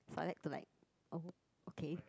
so I like to like oh okay